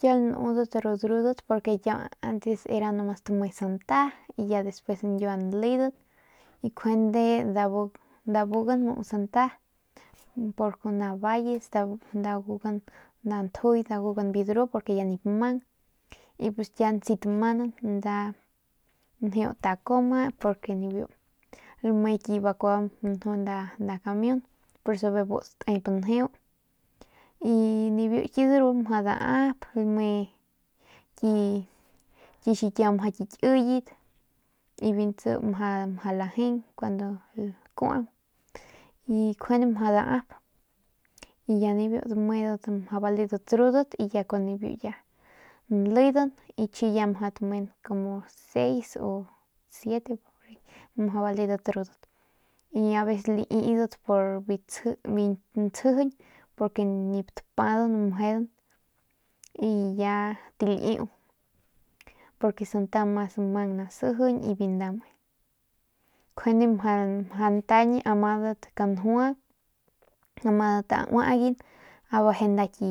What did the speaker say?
Kiau lanudat ru drudat purke era kiau tame nomas santa y ya despues ya ñkiua ledat y njuande dabugan muu santa pur kuna valles dabugan nda njuy dagugan biu nru purke u ya nip mang y kiauguan si tamanan y njeu takoma porque nju nda kamiun y bijiy datep njeu y nibiu ki dru mjau daap lame ki xikiau mjau ki kiyet y biu ntsi mjau lakuaut ni mjau lajeung y ya kun nibiu ya naledan chiñi ya tamenan kumu 6 o siete mjau baledat ru ki drudat y pues aveces laidat pur biu nsjijiñ porque nip tapadan mejen y ya taliu porque santa mas mang nasijiñ y biu nda me njuande mjau ntañ amadat kanjua amadat auaygan abeje nda ki